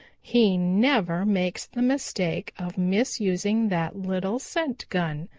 he never makes the mistake of misusing that little scent gun.